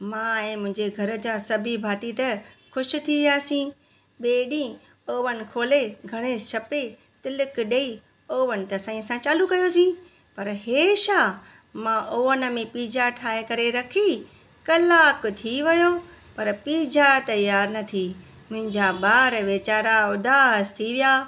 मां ऐं मुंहिंजे घर जा सभीनि भाती त ख़ुश थी वियासीं ॿे ॾींहुं ओवन खोले गणेश छपे तिलक ॾेई ओवन त साईं असां चालू कयोसीं पर हे छा मां ओवन में पिज़्ज़ा ठाहे करे रखी कलाक थी वियो पर पिज़्ज़ा तयारु न थी मुंहिंजा ॿार विचारा उदास थी विया